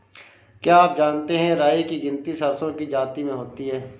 क्या आप जानते है राई की गिनती सरसों की जाति में होती है?